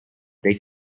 they